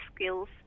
skills